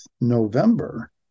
November